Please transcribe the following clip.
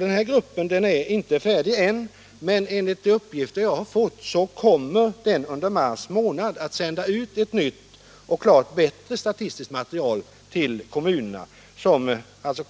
Den här gruppens arbete är inte färdigt än, men enligt uppgifter jag har fått kommer den under mars månad att sända ut ett nytt och klart bättre statistiskt material. Nr 76 till kommunerna, som de alltså